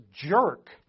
jerk